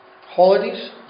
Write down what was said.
holidays